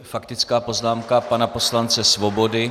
Faktická poznámka pana poslance Svobody.